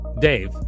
Dave